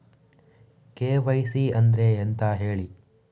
KYC ಅಂದ್ರೆ ಎಂತ ಹೇಳಿ ನೋಡುವ?